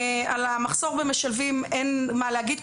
על המחסור במשאבים אין מה להגיד,